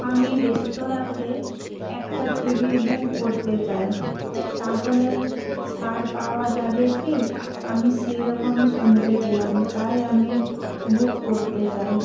আমি রেস্তোরাঁতে একটা টেবিল বুক করতে চাই তাহলে ছাড় পাওয়া যাবে কি আমি সেই রকমই শুনতে পেলাম তাই আমি বুক করতে চাই